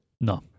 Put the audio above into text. No